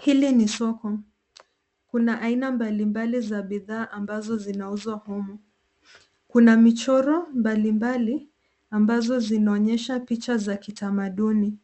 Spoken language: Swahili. Hili ni soko. Kuna aina mbalimbali za bidhaa ambazo zinauzwa humu. Kuna michoro mbalimbali ambazo zinaonyesha picha za kitamaduni.